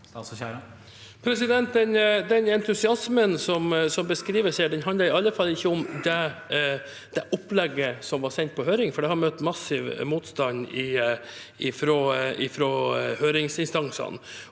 Den entusias- men som beskrives her, handler i alle fall ikke om det opplegget som ble sendt på høring, for det har møtt massiv motstand fra høringsinstansene.